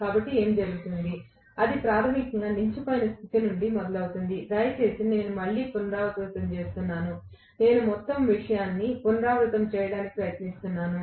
కాబట్టి ఏమి జరుగుతుంది అది ప్రాథమికంగా నిలిచిపోయిన స్థితి నుండి మొదలవుతుంది దయచేసి మళ్ళీ నేను పునరావృతం చేస్తున్నాను నేను మొత్తం విషయాన్ని పునరావృతం చేయడానికి ప్రయత్నిస్తున్నాను